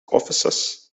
officers